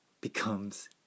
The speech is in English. becomes